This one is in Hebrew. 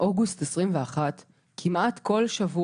מאוגוסט 2021 אני נמצא בבית החולים כמעט כל שבוע,